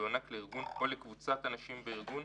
תוענק לארגון או לקבוצת אנשים בארגון,